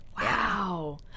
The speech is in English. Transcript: Wow